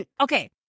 Okay